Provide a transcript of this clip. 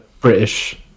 british